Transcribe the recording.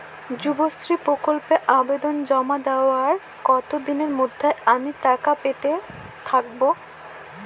যুবশ্রী প্রকল্পে আবেদন জমা দেওয়ার কতদিনের মধ্যে আমি টাকা পেতে থাকব?